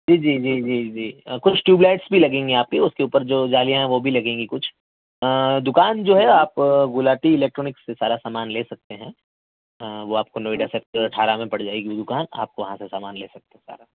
جی جی جی جی جی کچھ ٹیوب لائٹس بھی لگیں گے آپ کے اس کے اوپر جو جالیاں ہیں وہ بھی لگیں گی کچھ دوکان جو ہے آپ گلاٹی الیکٹرانک سے سارا سامان لے سکتے ہیں وہ آپ کو نوئیڈا سکٹر اٹھارہ میں پڑ جائے گی دوکان آپ وہاں سے سامان لے سکتے ہیں سارا